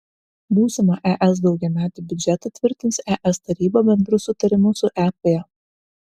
būsimą es daugiametį biudžetą tvirtins es taryba bendru sutarimu su ep